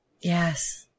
Yes